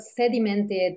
sedimented